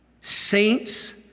Saints